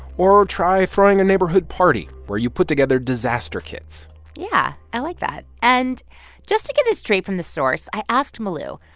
or try throwing a neighborhood party where you put together disaster kits yeah. i like that. and just to get it straight from the source, i asked milou,